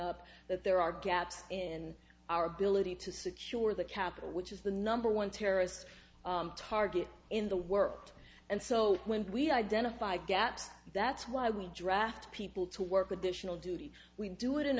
up that there are gaps in our ability to secure the capital which is the number one terrorist target in the worked and so when we identify gaps that's why we draft people to work additional duty we do it in